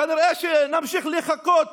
כנראה שנמשיך לחכות